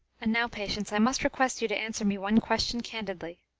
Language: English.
and now, patience, i must request you to answer me one question candidly.